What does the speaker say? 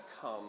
come